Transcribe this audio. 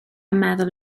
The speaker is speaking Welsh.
meddwl